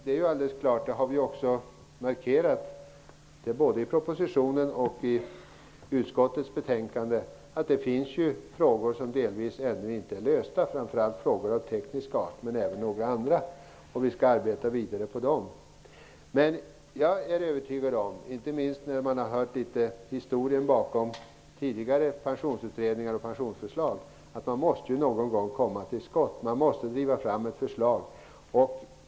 Det är klart markerat i både propositionen och utskottets betänkande att det även finns frågor som delvis ännu inte är löst. Det är framför allt frågor av teknisk art men även några andra frågor. Vi skall arbeta vidare med dessa. Men jag är övertygad om, inte minst efter att ha hört litet historier bakom tidigare pensionsutredningar och pensionsförslag, att man någon gång måste komma till skott. Man måste driva fram ett förslag.